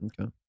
Okay